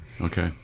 Okay